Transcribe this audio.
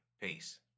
Peace